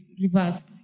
reversed